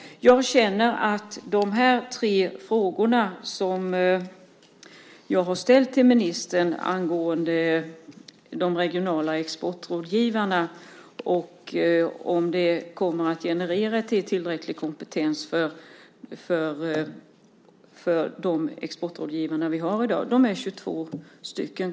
Jag har ställt tre frågor till ministern angående de regionala exportrådgivarna, bland annat om det här kommer att generera tillräcklig kompetens. De är 22.